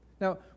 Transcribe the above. Now